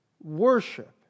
worship